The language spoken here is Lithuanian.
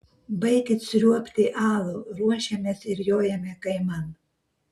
baikit sriuobti alų ruošiamės ir jojame kaiman